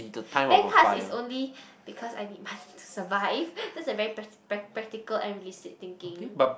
bank cards is only because I need money to survive that's a very prac~ practical and realistic thinking